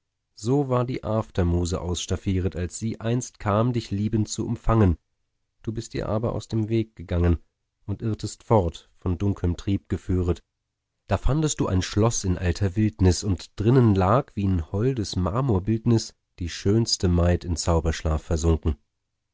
so war die aftermuse ausstaffieret als sie einst kam dich liebend zu umfangen du bist ihr aber aus dem weg gegangen und irrtest fort von dunkeln trieb geführet da fandest du ein schloß in alter wildnis und drinnen lag wie'n holdes marmorbildnis die schönste maid in zauberschlaf versunken